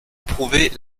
prouver